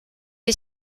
est